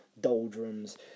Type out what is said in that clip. doldrums